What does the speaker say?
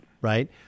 right